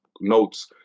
notes